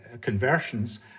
conversions